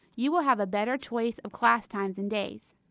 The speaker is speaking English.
you will have a better choice of class times and days.